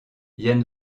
yann